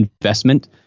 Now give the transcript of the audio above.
investment